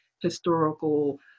historical